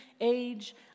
age